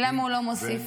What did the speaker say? -- למה הוא לא מוסיף?